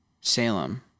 Salem